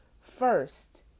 first